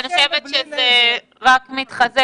ואני חושבת שזה רק מתחזק,